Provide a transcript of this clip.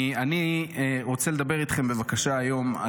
אני רוצה לדבר איתכם בבקשה היום,